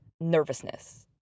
nervousness